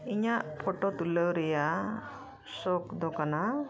ᱤᱧᱟᱹᱜ ᱯᱷᱳᱴᱳ ᱛᱩᱞᱟᱹᱣ ᱨᱮᱱᱟᱜ ᱥᱚᱠ ᱫᱚ ᱠᱟᱱᱟ